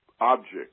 object